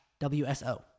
WSO